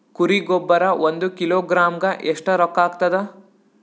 ಕುರಿ ಗೊಬ್ಬರ ಒಂದು ಕಿಲೋಗ್ರಾಂ ಗ ಎಷ್ಟ ರೂಕ್ಕಾಗ್ತದ?